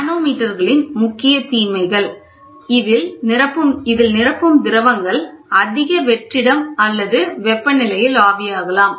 மனோமீட்டர்களின் முக்கிய தீமைகள் 1 இதில் நிரப்பும் திரவங்கள் அதிக வெற்றிடம் அல்லது வெப்பநிலையில் ஆவியாகலாம்